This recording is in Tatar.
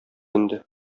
инде